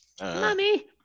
Mummy